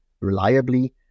reliably